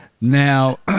now